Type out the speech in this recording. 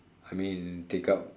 I mean take up